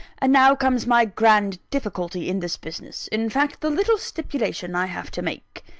and now comes my grand difficulty in this business in fact, the little stipulation i have to make.